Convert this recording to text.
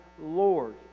Lord